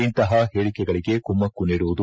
ಇಂತಹ ಹೇಳಿಕೆಗಳಿಗೆ ಕುಮ್ಮಕ್ಕು ನೀಡುವುದು